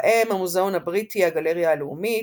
בהם המוזיאון הבריטי, הגלריה הלאומית,